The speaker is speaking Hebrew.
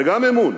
וגם אמון,